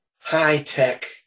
high-tech